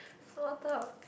small talk